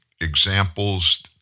examples